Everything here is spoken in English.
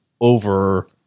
over